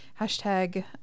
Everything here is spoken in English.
Hashtag